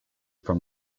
from